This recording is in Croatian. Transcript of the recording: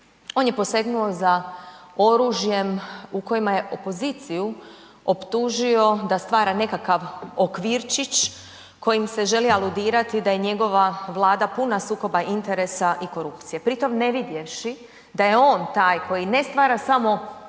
On je posegnuo za oružjem u kojemu je opoziciju optužio da stvara nekakav okvirčić kojim se želi aludirati da je njegova Vlada puna sukoba interesa i korupcije pri tome ne vidjevši da je on taj koji ne stvara samo